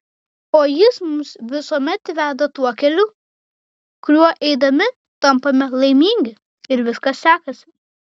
o jis mus visuomet veda tuo keliu kuriuo eidami tampame laimingi ir viskas sekasi